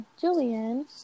Julian